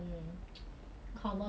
russia you know